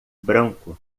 branco